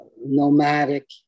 nomadic